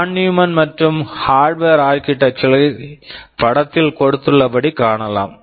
வான் Neumann Von Neumann மற்றும் Harvard Harvard architecture architecture களை படத்தில் கொடுத்துள்ளபடி காணலாம்